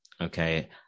okay